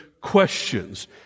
questions